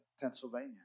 Pennsylvania